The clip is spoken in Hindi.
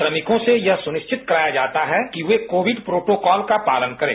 श्रमिकों से यह सुनिश्चित कराया जात है कि वे कोविड प्रोटोकॉल का पालन करें